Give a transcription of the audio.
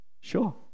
sure